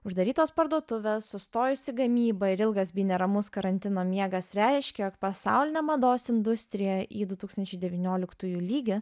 uždarytos parduotuvės sustojusi gamyba ir ilgas bei neramus karantino miegas reiškė jog pasaulinė mados industrija į du tūkstančiai devynioliktųjų lygį